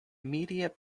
immediate